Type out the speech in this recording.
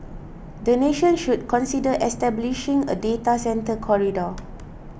the nation should consider establishing a data centre corridor